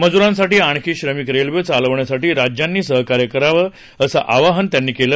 मजूरांसाठी आणखी श्रमिक रेल्वे चालवण्यासाठी राज्यांनी सहकार्य करावं असं आवाहन त्यांनी केलं